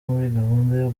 muri